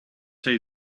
see